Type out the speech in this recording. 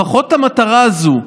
לפחות המטרה הזו,